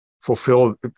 fulfill